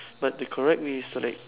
but the correct way is to like